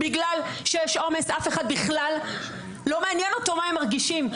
כי יש עומס ואף אחד בכלל לא מתעניין מה הם מרגישים.